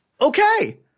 Okay